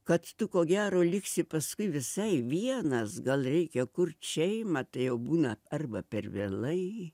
kad tu ko gero liksi paskui visai vienas gal reikia kurt šeimą tai jau būna arba per vėlai